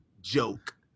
Joke